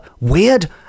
weird